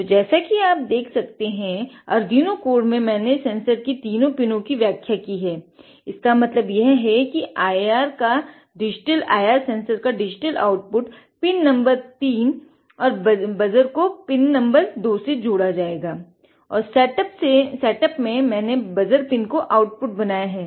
तो जैसा कि आप देख सकता हैं आर्द्युईनो कोड जो कि पिन नम्बर तीन से जुडा है